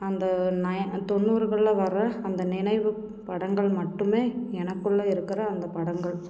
அந்த நயன் தொண்ணூறுகளில் வர அந்த நினைவு படங்கள் மட்டுமே எனக்குள்ளே இருக்கிற அந்த படங்கள்